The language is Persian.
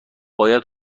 باید